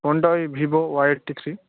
ফোনটা ঐ Vivo Y eighty three